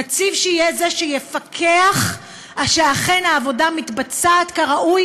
נציב שהוא שיפקח שאכן העבודה מתבצעת כראוי